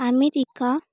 America